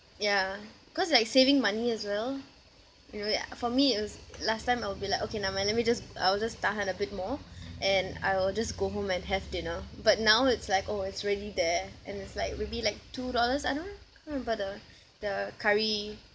ya cause like saving money as well you know ya for me it's last time I'll be like okay now let me just I will just tahan a bit more and I'll just go home and have dinner but now it's like oh it's already there and it's like maybe like two dollars I don't can't remember the the curry